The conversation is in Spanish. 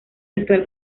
actual